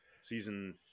Season